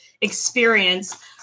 experience